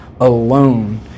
alone